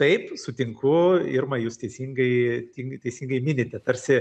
taip sutinku irma jūs teisingai teisingai minite tarsi